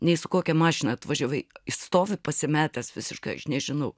nei su kokia mašina atvažiavai jis stovi pasimetęs visiškai aš nežinau